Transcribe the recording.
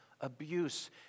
abuse